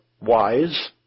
wise